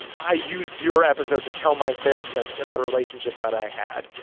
i used your episode to tell my therapist about a relationship that i had.